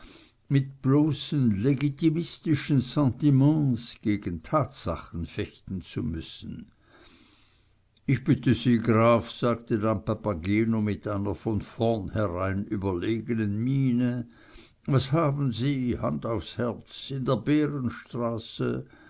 mit bloßen legitimistischen sentiments gegen tatsachen fechten zu müssen ich bitte sie graf sagte dann papageno mit einer von vornherein überlegenen miene was haben sie hand aufs herz in der